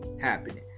happening